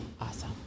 Awesome